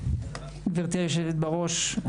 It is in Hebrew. גברתי היושבת בראש,